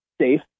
safe